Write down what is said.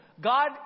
God